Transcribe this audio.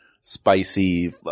spicy